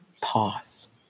pause